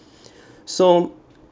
so